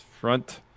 front